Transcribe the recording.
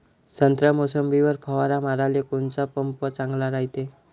संत्रा, मोसंबीवर फवारा माराले कोनचा पंप चांगला रायते?